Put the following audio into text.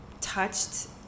touched